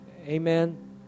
amen